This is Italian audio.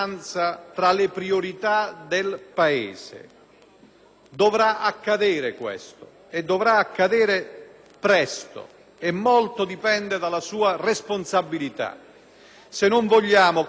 Dovrà accadere questo e dovrà accadere presto e molto dipende dalla sua responsabilità, se non vogliamo che anche questa passi come una legislatura